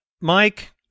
Mike